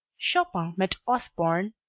chopin met osborne,